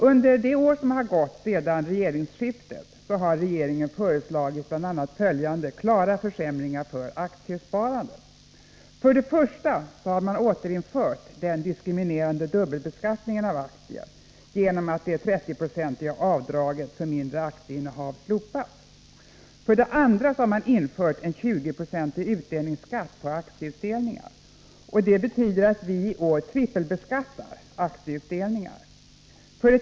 Under det år som gått sedan regeringsskiftet har regeringen föreslagit bl.a. följande klara försämringar för aktiesparandet: 1. Den diskriminerande dubbelbeskattningen av aktier har återinförts genom att det 30-procentiga avdraget för mindre aktieinnehav slopats. 2. En 20-procentig utdelningsskatt på aktieutdelningar har införts. Det betyder att vi i år trippelbeskattar aktieutdelningar.